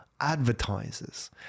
advertisers